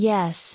Yes